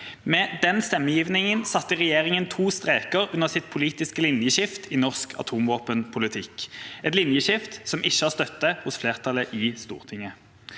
Med den stemmegivningen satte regjeringa to streker under sitt politiske linjeskift i norsk atomvåpenpolitikk – et linjeskift som ikke har støtte hos flertallet i Stortinget.